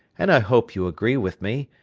and i hope you agree with me,